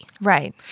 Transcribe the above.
right